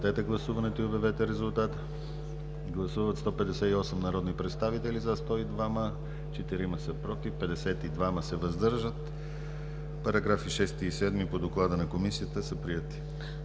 Параграфи 39 и 40 по доклада на Комисията са приети.